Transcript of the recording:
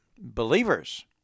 believers